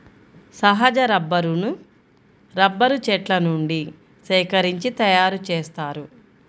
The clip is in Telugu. సహజ రబ్బరును రబ్బరు చెట్ల నుండి సేకరించి తయారుచేస్తారు